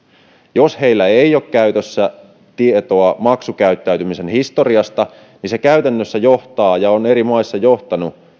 jos heillä ei ole käytössä tietoa maksukäyttäytymisen historiasta jos he joutuvat ottamaan vähän sokkona riskiä niin se käytännössä johtaa ja on eri maissa johtanut